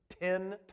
ten